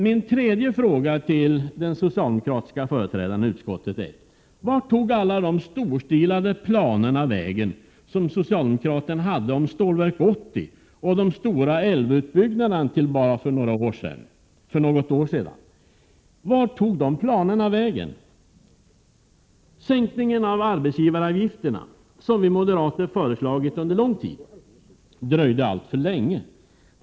Min tredje fråga till den socialdemokratiske företrädaren i utskottet är: Vart tog alla de storstilade planerna vägen som socialdemokraterna hade om Stålverk 80 och om de stora älvutbyggnaderna till bara för något år sedan? Sänkningen av arbetsgivaravgifterna — som vi moderater har föreslagit under lång tid — dröjde alltför länge.